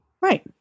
right